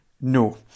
No